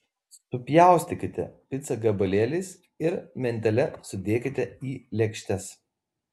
supjaustykite picą gabalėliais ir mentele sudėkite į lėkštes